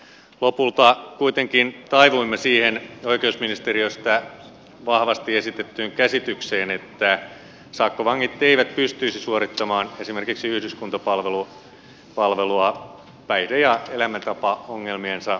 lopulta kuitenkin taivuimme siihen oikeusministeriöstä vahvasti esitettyyn käsitykseen että sakkovangit eivät pystyisi suorittamaan esimerkiksi yhdyskuntapalvelua päihde ja elämäntapaongelmiensa johdosta